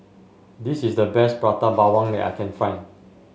this is the best Prata Bawang that I can find